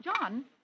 John